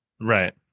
Right